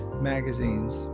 magazines